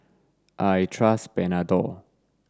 I trust Panadol